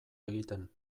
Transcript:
egiten